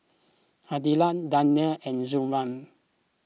Aidil Daniel and Zamrud